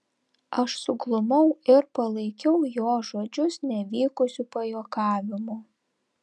aš suglumau ir palaikiau jo žodžius nevykusiu pajuokavimu